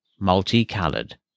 multicolored